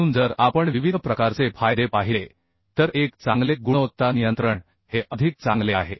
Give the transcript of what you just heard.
म्हणून जर आपण विविध प्रकारचे फायदे पाहिले तर एक चांगले गुणवत्ता नियंत्रण हे अधिक चांगले आहे